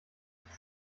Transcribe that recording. sich